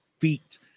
feet